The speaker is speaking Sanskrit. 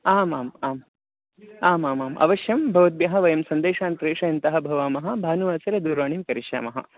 आमाम् आम् आमामाम् अवश्यं भवद्भ्यः वयं सन्देशान् प्रेषयन्तः भवामः भानुवासरे दूरवाणीं करिष्यामः